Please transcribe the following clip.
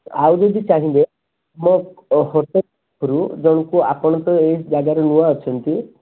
ଆଉ ଯଦି ଚାହିଁବେ ମୋ ହୋଟେଲ୍ରୁ ଜଣକୁ ଆପଣ ତ ଏଇ ଜାଗାରେ ନୂଆ ଅଛନ୍ତି